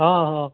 অঁ অঁ